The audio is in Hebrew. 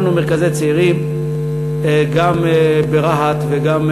הקמנו מרכזי צעירים גם ברהט וגם